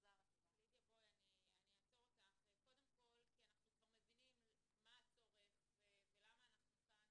אני אעצור אותך כי אנחנו כבר מבינים מה הצורך ולמה אנחנו כאן.